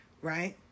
right